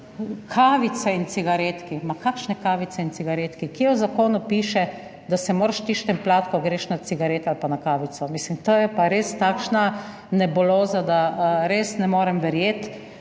kavice in cigaretki? Kje v zakonu piše, da se moraš ti štempljati, ko greš na cigaret ali pa na kavico? Mislim, to je pa res takšna nebuloza, da res ne morem verjeti.